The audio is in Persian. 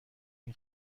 این